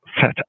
set